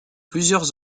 plusieurs